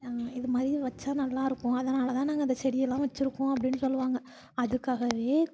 இது மாதிரி வச்சா நல்லா இருக்கும் அதனாலே தான் நாங்கள் அந்த செடியெல்லாம் வச்சுருக்கோம் அப்படின்னு சொல்லுவாங்க அதுக்காகவே